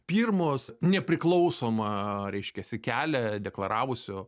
pirmos nepriklausoma reiškiasi kelią deklaravusio